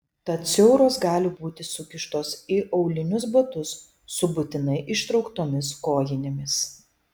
tad siauros gali būti sukištos į aulinius batus su būtinai ištrauktomis kojinėmis